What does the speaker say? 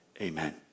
Amen